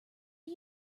are